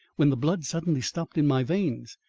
when the blood suddenly stopped in my veins.